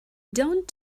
don’t